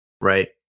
right